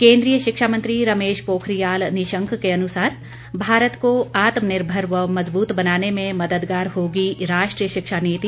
केंद्रीय शिक्षा मंत्री रमेश पोखरियाल निशंक के अनुसार भारत को आत्मनिर्भर व मजबूत बनाने में मददगार होगी राष्ट्रीय शिक्षा नीति